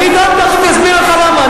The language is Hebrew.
אני תיכף אסביר לך למה.